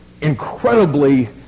incredibly